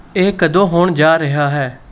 ਇਹ ਕਦੋਂ ਹੋਣ ਜਾ ਰਿਹਾ ਹੈ